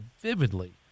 vividly